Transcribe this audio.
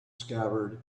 scabbard